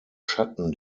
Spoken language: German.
schatten